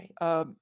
Right